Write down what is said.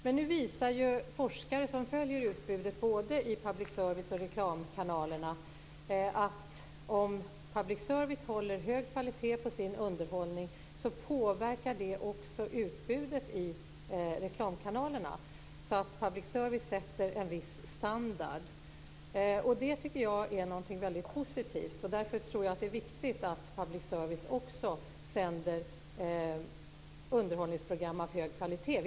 Men nu visar ju forskare som följer utbudet både i public service-kanalerna och reklamkanalerna att om public service håller hög kvalitet på sin underhållning så påverkar det också utbudet i reklamkanalerna. Public service sätter alltså en viss standard. Det tycker jag är något väldigt positivt. Därför tror jag att det är viktigt att public service också sänder underhållningsprogram av hög kvalitet.